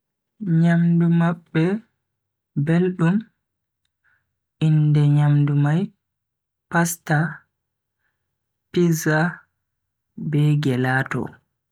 Nyamdu mabbe beldum, inde nyamdu mai pasta, pizza be gelato.